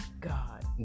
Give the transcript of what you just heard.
God